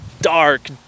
dark